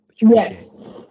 yes